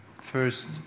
first